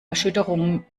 erschütterungen